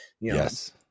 Yes